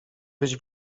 być